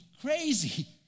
crazy